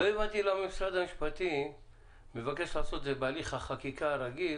לא הבנתי למה משרד המשפטים מבקש לעשות את זה בהליך החקיקה הרגיל,